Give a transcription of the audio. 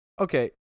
Okay